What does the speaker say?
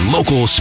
Local